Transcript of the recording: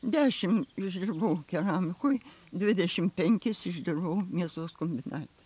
dešimt išdirbau keramikoj dvidešimt penkis išdirbau mėsos kombinate